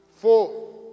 Four